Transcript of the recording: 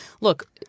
look